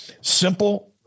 simple